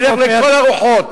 שילך לכל הרוחות.